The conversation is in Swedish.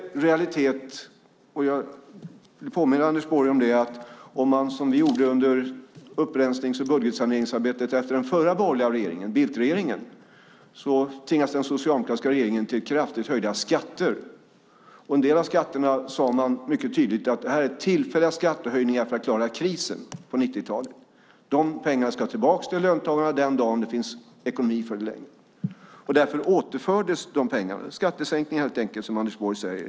Jag påminner Anders Borg om vad vi gjorde under upprensnings och budgetsaneringsarbetet efter den förra borgerliga regeringen, Bildtregeringen, då den socialdemokratiska regeringen tvingades till kraftigt höjda skatter. En del av skatterna sade vi tydligt var tillfälliga skattehöjningar för att klara krisen under 90-talet. De pengarna skulle tillbaka till löntagaren den dag det fanns ekonomi för det. Därför återfördes pengarna. Det var skattesänkningar, som Anders Borg säger.